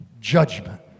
judgment